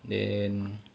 then